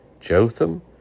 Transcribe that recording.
Jotham